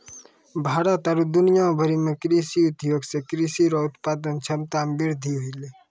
भारत आरु दुनिया भरि मे कृषि उद्योग से कृषि रो उत्पादन क्षमता मे वृद्धि होलै